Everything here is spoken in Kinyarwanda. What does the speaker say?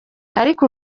ariko